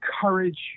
courage